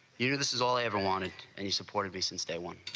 you, this is all everyone it and he supported me since day. one